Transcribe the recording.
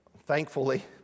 Thankfully